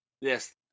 Yes